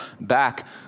back